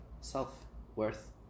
self-worth